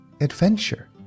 adventure